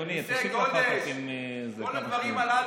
אדוני, תוסיף לאחר מכן כמה שניות.